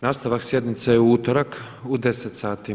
Nastavak sjednice je u utorak u 10,00 sati.